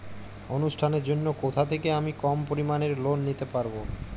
অনুষ্ঠানের জন্য কোথা থেকে আমি কম পরিমাণের লোন নিতে পারব?